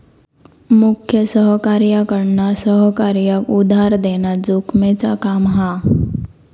मुख्य सहकार्याकडना सहकार्याक उधार देना जोखमेचा काम हा